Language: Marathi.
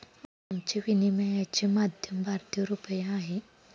आमचे विनिमयाचे माध्यम भारतीय रुपया आहे